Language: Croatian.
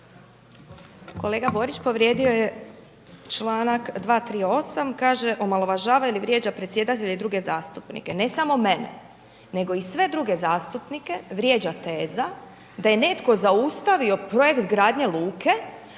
Kolega Borić povrijedio je članak 238., kaže omalovažava ili vrijeđa predsjedatelja ili druge zastupnike, ne samo mene, nego i sve druge zastupnike vrijeđa teza da je netko zaustavio projekt gradnje luke,